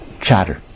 chatter